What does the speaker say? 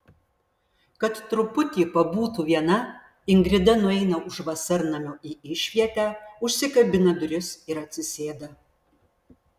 kad truputį pabūtų viena ingrida nueina už vasarnamio į išvietę užsikabina duris ir atsisėda